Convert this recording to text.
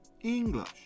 English